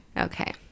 Okay